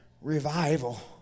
revival